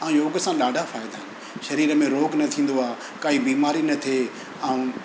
ऐं योग सां ॾाढा फ़ाइदा आहिनि शरीर में रोग न थींदो आहे काई बीमारी न थिए ऐं